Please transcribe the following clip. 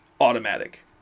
automatic